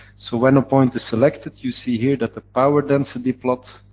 so, when a point is selected, you see, here, that the power density plot,